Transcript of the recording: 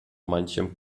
manchem